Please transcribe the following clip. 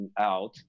out